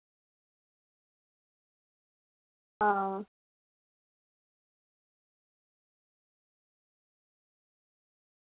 आं